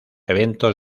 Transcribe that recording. eventos